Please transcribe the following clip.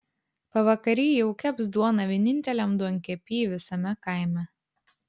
pavakary jau keps duoną vieninteliam duonkepy visame kaime